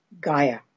Gaia